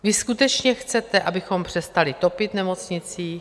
Vy skutečně chcete, abychom přestali topit v nemocnicích?